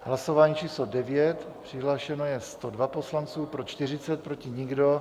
V hlasování číslo 9 přihlášeno je 102 poslanců, pro 40, proti nikdo.